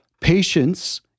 Patience